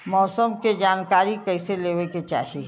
मौसम के जानकारी कईसे लेवे के चाही?